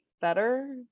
better